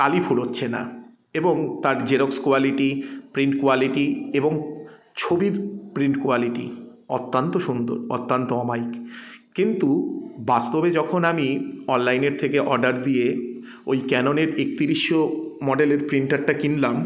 কালি ফুরোচ্ছে না এবং তার জেরক্স কোয়ালিটি প্রিন্ট কোয়ালিটি এবং ছবির প্রিন্ট কোয়ালিটি অত্যন্ত সুন্দর অত্যন্ত অমায়িক কিন্তু বাস্তবে যখন আমি অনলাইনের থেকে অর্ডার দিয়ে ওই ক্যানোনের একতিরিশশো মডেলের প্রিন্টারটা কিনলাম